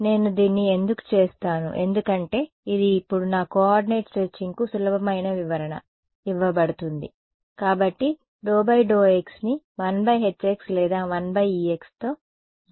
కాబట్టి నేను దీన్ని ఎందుకు చేస్తాను ఎందుకంటే ఇది ఇప్పుడు నా కోఆర్డినేట్ స్ట్రెచింగ్కు సులభమైన వివరణ ఇవ్వబడుతుంది కాబట్టి ∂∂x ని 1Hx లేదా 1Ex తో గుణించవచ్చు